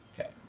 Okay